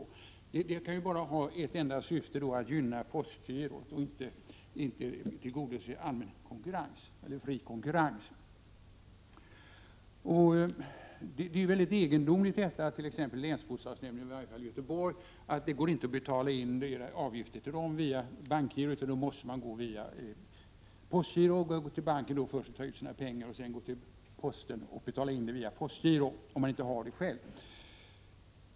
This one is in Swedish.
Att godta endast den betalningsformen kan ju bara ha ett enda syfte: att gynna postgirot och inte tillgodose fri konkurrens. Det är mycket egendomligt att det inte går att betala in avgifter till exempelvis länsbostadsnämnden — detta gäller i varje fall länsbostadsnämnden i Göteborg — via bankgiro utan endast via postgiro. Man måste då först gå till banken och ta ut sina pengar och sedan gå till posten och betala in pengarna via postgiro, om man inte har eget postgirokonto.